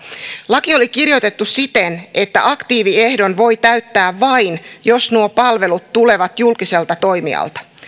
laki oli kirjoitettu siten että aktiiviehdon voi täyttää vain jos nuo palvelut tulevat julkiselta toimijalta